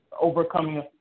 overcoming